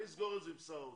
אני אסגור את זה עם שר האוצר.